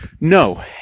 No